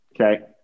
Okay